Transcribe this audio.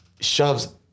shoves